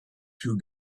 two